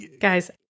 guys